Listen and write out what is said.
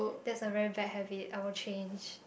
that's a very bad habit I will change